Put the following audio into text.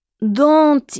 dont